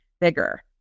bigger